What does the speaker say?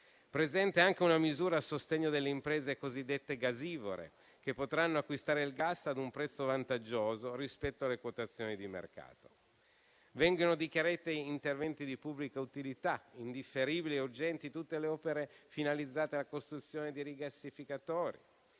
presente anche una misura a sostegno delle imprese cosiddette gasivore, che potranno acquistare il gas a un prezzo vantaggioso rispetto alle quotazioni di mercato. Vengono dichiarati interventi di pubblica utilità indifferibili e urgenti tutte le opere finalizzate alla costruzione di rigassificatori.